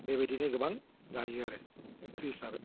बेबायदिनो गोबां जायो आरो ओंख्रि हिसाबै